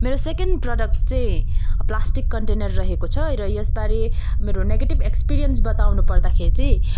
मेरो second product चाहिँ plastic container रहेको छ र यसबारे मेरो नेगेटिभ एक्सपिरियन्स बताउनु पर्दाखेरि चाहिँ